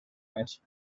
mes